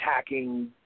attacking